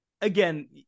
again